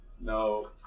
no